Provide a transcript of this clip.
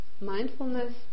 mindfulness